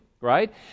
right